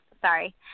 sorry